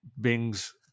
Bing's